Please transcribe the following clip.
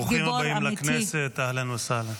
ברוכים הבאים לכנסת, אהלן וסהלן.